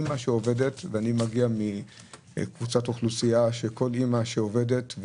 אימא שעובדת ואני מגיע מקבוצת אוכלוסייה שכל אימא שעובדת,